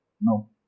no